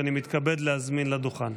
שאני מתכבד להזמין לדוכן.